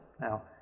Now